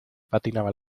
patinaba